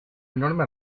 enorme